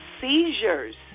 seizures